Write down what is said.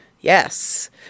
yes